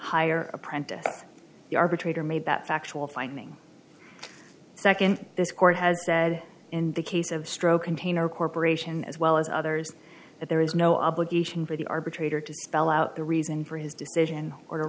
hire apprentice the arbitrator made that factual finding second this court has said in the case of stroke container corporation as well as others that there is no obligation for the arbitrator to spell out the reason for his decision or